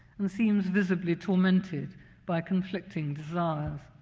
and seems visibly tormented by conflicting desires.